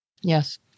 Yes